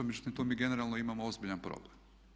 Međutim, to mi generalno imamo ozbiljan problem.